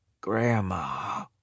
Grandma